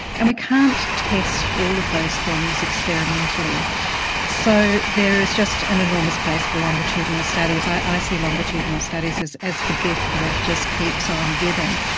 and we can't test all of those things experimentally so there is just an enormous place for longitudinal studies. i see longitudinal studies as the gift that just keeps on giving.